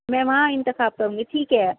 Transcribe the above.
میں وہاں انتخاب کروں گی ٹھیک ہے